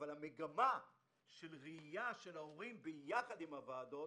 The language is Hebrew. אבל המגמה של ראייה של ההורים ביחד עם הוועדות